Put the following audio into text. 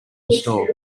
store